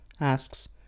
asks